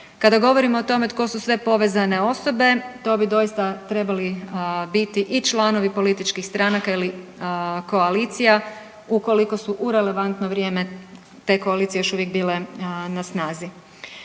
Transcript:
Kada govorimo o tome tko su sve povezane osobe to bi doista trebali biti i članovi političkih stranaka ili koalicija ukoliko su u relevantno vrijeme te koalicije još uvijek bile na snazi.